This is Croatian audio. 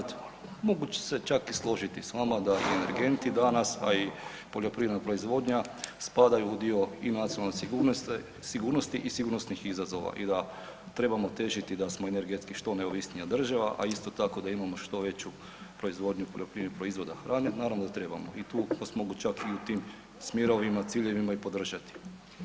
Kolega Lenart, mogu se čak i složiti s vama da energenti danas, a i poljoprivredna proizvodnja spadaju u dio i nacionalne sigurnosti i sigurnosnih izazova i da trebamo težiti da smo energetski što neovisnija država, a isto tako da imamo što veću proizvodnju poljoprivrednih proizvoda hrane, naravno da trebamo i tu vas mogu čak i u tim smjerovima i ciljevima i podržati.